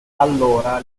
allora